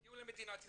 הגיעו למדינת ישראל.